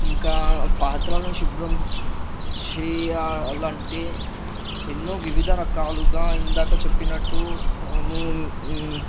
ఇంకా పాత్రలను శుభ్రం చేయాలంటే ఎన్నో వివిధ రకాలుగా ఇందాక చెప్పినట్టు నూ